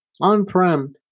On-prem